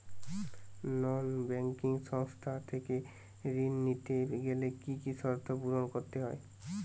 নন banking সংস্থা থেকে ঋণ নিতে গেলে কি কি শর্ত পূরণ করতে হয়?